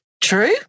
True